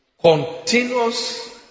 continuous